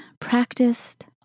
practiced